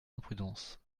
imprudence